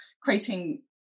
creating